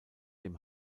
dem